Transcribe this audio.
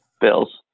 bills